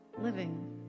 living